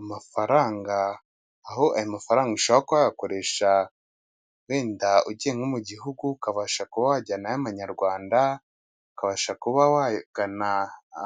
Amafaranga, aho ayo mafaranga ushobora kuba wayakoresha, wenda ugiye nko mu gihugu ukabasha kuba wajyanayo amanyarwanda, ukabasha kuba wagana